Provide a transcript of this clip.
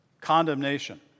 condemnation